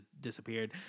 disappeared